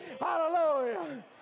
Hallelujah